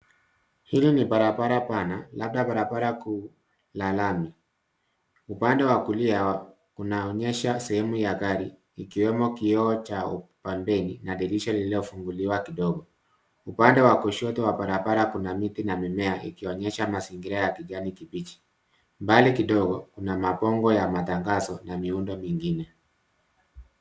Hili ni barabara bana labda barabara kuu la lami upande wa kulia unaonyesha sehemu ya gari ikiwemo kioo cha pembeni na dirisha lililo funguliwa kidogo ,upande wa kushoto wa barabara kuna miti na mimea ikionyesha mazingira ya kijani kipiji mbali kidogo Kuna mapongo ya matangazo na miundo mingine